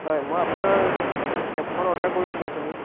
হয় মই আপোনাৰ কেবখন অৰ্ডাৰ কৰিছিলোঁ অথনি